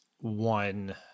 one